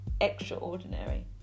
extraordinary